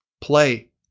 play